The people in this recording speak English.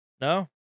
No